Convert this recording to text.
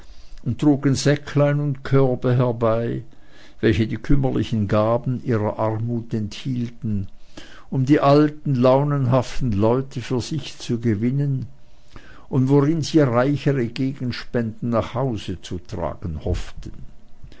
trugen säcklein und körbe herbei welche die kümmerlichen gaben ihrer armut enthielten um die alten launenhaften leute für sich zu gewinnen und worin sie reichere gegenspenden nach hause zu tragen hofften